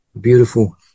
beautiful